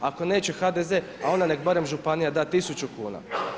Ako neće HDZ a onda nek barem županija da 1000 kuna.